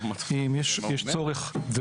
יש צורך,